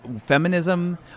feminism